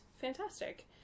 fantastic